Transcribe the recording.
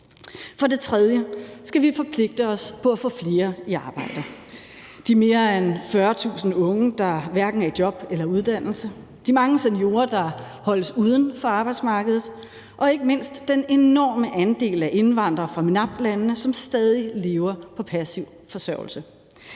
For det tredje skal vi forpligte os på at få flere i arbejde. Det gælder de mere end 40.000 unge, der hverken er i job eller uddannelse, de mange seniorer, der holdes uden for arbejdsmarkedet, og ikke mindst den enorme andel af indvandrere fra MENAPT-landene, som stadig lever på passiv forsørgelse.